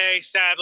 sadly